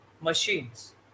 machines